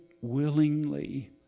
willingly